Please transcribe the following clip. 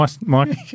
Mike